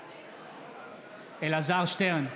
בעד אלעזר שטרן,